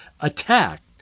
attacked